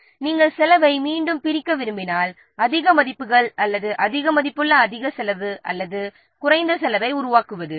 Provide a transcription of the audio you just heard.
எனவே நாம் செலவை மீண்டும் பிரிக்க விரும்பினால் அதிக மதிப்புகள் அல்லது அதிக மதிப்புள்ள அதிக செலவு அல்லது குறைந்த செலவை உருவாக்குவது